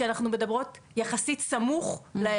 כשאנחנו מדברות על שלב שהוא יחסית סמוך